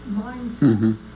mindset